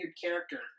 character